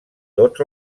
tots